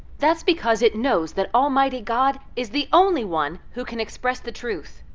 that's because it knows that almighty god is the only one who can express the truth,